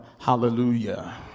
hallelujah